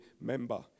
member